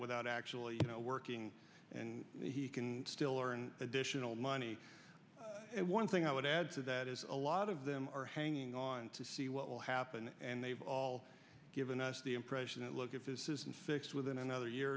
without actually working and he can still learn additional money and one thing i would add to that is a lot of them are hanging on to see what will happen and they've all given us the impression that look at this isn't fixed within another year